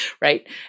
right